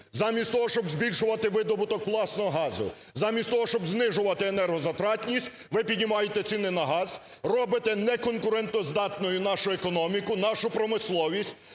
Замість того, щоб збільшувати видобуток власного газу, замість того, щоб знижуватиенергозатратність, ви піднімаєте ціні на газ, робите неконкурентоздатною нашу економіку, нашу промисловість.